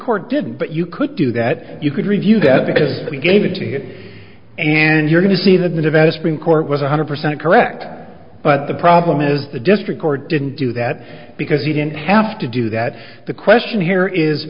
court didn't but you could do that you could review that because you gave it to it and you're going to see that the nevada supreme court was one hundred percent correct but the problem is the district court didn't do that because he didn't have to do that the question here is